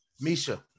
Misha